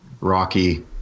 Rocky